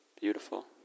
beautiful